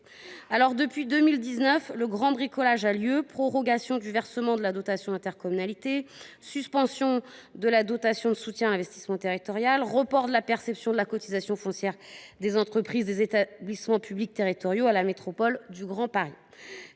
? Depuis 2019, un grand bricolage a lieu : prorogation du versement de la dotation d’intercommunalité, suspension de la dotation de soutien à l’investissement territorial (DSIT), report du transfert de la perception de la cotisation foncière des entreprises (CFE) des établissements publics territoriaux à la métropole du Grand Paris.